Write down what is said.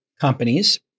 companies